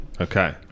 Okay